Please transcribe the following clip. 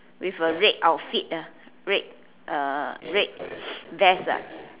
with a red outfit ah red uh red vest ah